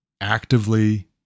actively